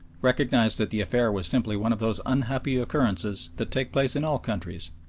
recognised that the affair was simply one of those unhappy occurrences that take place in all countries,